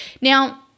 Now